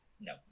no